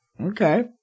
Okay